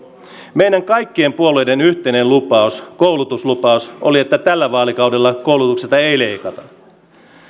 meidän kaikkien puolueiden yhteinen lupaus koulutuslupaus oli että tällä vaalikaudella koulutuksesta ei leikata